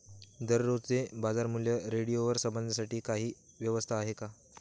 दररोजचे बाजारमूल्य रेडिओवर समजण्यासाठी काही व्यवस्था आहे का?